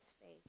faith